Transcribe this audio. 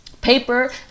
paper